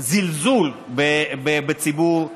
זלזול בציבור.